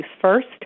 first